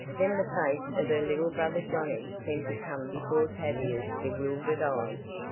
then the face of her little brother johnnie seemed to come before tavia's bewildered eyes.